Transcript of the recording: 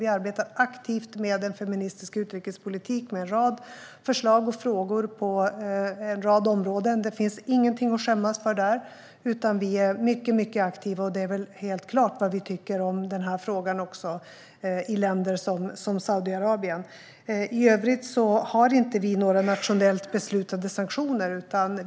Vi arbetar aktivt med en feministisk utrikespolitik med en rad förslag och frågor på flera områden. Det finns ingenting att skämmas för där, utan vi är mycket aktiva. Och det är väl helt klart vad vi tycker i denna fråga när det gäller länder som Saudiarabien. I övrigt har vi inte några nationellt beslutade sanktioner.